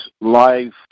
life